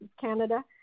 Canada